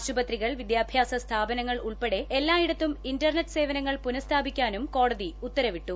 ആശുപത്രികൾ വിദ്യാഭ്യാസ സ്ഥാപനങ്ങൾ ഉൾപ്പെടെ എല്ലായിടത്തും ഇൻർനെറ്റ് സേവനങ്ങൾ പുനഃസ്ഥാപിക്കാനും കോടതി ഉത്തരവിട്ടു